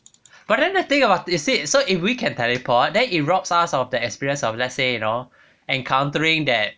but then the thing hor they said so if we can teleport then it robs us of the experience of let's say you know encountering that